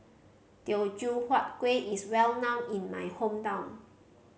Teochew Huat Kueh is well known in my hometown